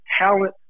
talent